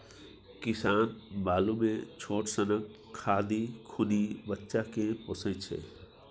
किसान बालु मे छोट सनक खाधि खुनि बच्चा केँ पोसय छै